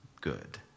good